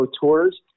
Tours